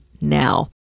now